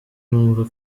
numva